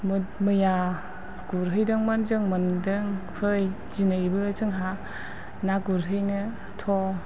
मैया गुरहैदोंमोन जों मोन्दों फै दिनैबो जोंहा ना गुरहैनो थौ